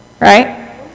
right